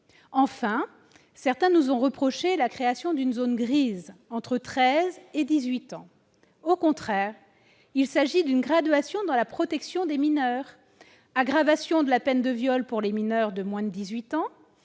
Certains nous ont reproché la création d'une zone grise, entre treize et dix-huit ans. Au contraire ! Il s'agit d'une gradation dans la protection des mineurs : aggravation de la peine de viol pour les mineurs de moins de